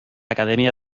academia